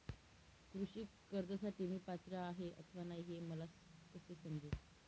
कृषी कर्जासाठी मी पात्र आहे अथवा नाही, हे मला कसे समजेल?